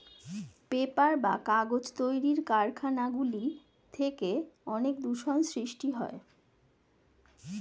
paper বা কাগজ তৈরির কারখানা গুলি থেকে অনেক দূষণ সৃষ্টি হয়